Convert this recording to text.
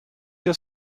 your